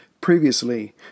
Previously